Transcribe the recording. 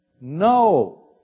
No